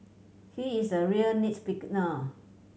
he is a real nits